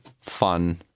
fun